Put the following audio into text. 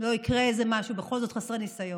לא יקרה איזה משהו, בכל זאת חסרי ניסיון,